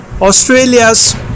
Australia's